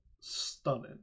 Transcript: stunning